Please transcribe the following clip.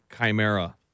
chimera